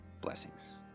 blessings